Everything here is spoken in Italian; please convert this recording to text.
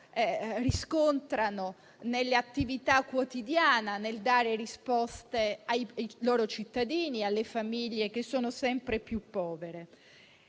piccoli - nelle attività quotidiane, nel dare risposte ai loro cittadini, alle famiglie che sono sempre più povere.